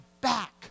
back